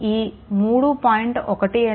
ఈ 3